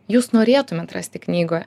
jūs norėtumėt rasti knygoje